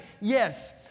Yes